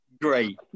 Great